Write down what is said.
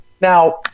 Now